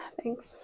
Thanks